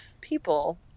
people